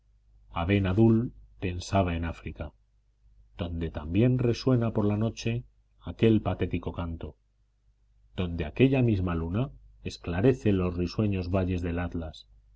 pasado aben adul pensaba en áfrica donde también resuena por la noche aquel patético canto donde aquella misma luna esclarece los risueños valles del atlas